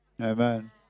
Amen